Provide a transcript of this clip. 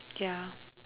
yeah